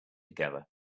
together